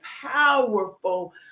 powerful